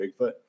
Bigfoot